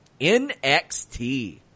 NXT